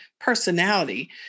personality